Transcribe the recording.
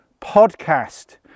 podcast